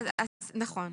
לא